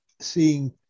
seeing